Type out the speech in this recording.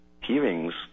hearings